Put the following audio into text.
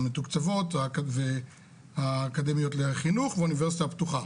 המתוקצבות והאקדמיות לחינוך והאוניברסיטה הפתוחה.